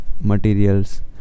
materials